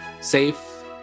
safe